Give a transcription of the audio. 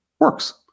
Works